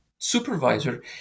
Supervisor